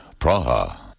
Praha